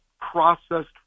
processed